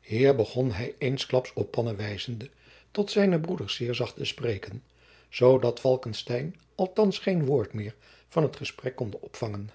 hier begon hij eensklaps op panne wijzende tot zijne broeders zeer zacht te spreken zoodat falckestein althands geen woord meer van het gesprek konde opvangen